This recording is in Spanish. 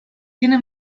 tiene